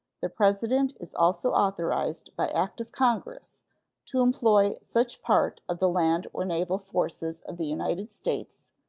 the president is also authorized by act of congress to employ such part of the land or naval forces of the united states